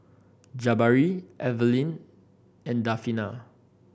Jabari Evelyn and Delfina